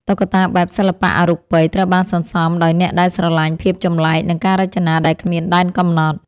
តុក្កតាបែប សិល្បៈអរូបិយ ត្រូវបានសន្សំដោយអ្នកដែលស្រឡាញ់ភាពចម្លែក និងការរចនាដែលគ្មានដែនកំណត់។